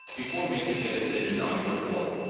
before making a decision on your form.